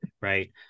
right